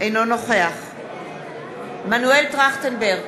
אינו נוכח מנואל טרכטנברג,